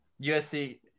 USC